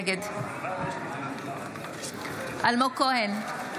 נגד אלמוג כהן,